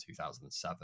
2007